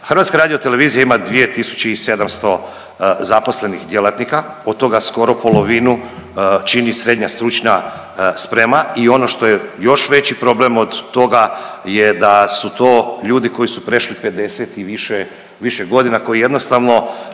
govorio. HRT ima 2.700 zaposlenih djelatnika, od toga sporo polovinu čini SSS i ono što je još veći problem od toga je da su to ljudi koji su prešli 50 i više, više godina, koji jednostavno